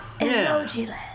Emojiland